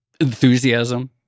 enthusiasm